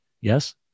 yes